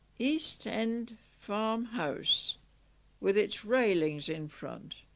east end farm house with its railings in front